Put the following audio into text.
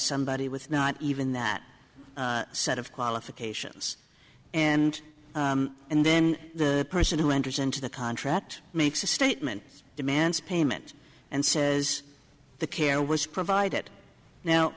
somebody with not even that set of qualifications and and then the person who enters into the contract makes a statement demands payment and says the care was provided now